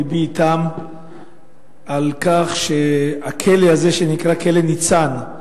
לבי אתם על כך שהכלא הזה שנקרא "כלא ניצן",